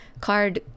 card